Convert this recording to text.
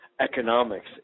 economics